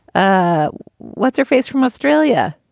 ah what's her face from australia?